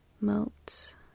Melt